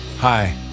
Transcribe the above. Hi